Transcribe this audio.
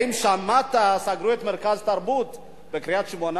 האם שמעת שסגרו את מרכז התרבות בקריית-שמונה?